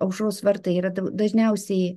aušros vartai yra da dažniausiai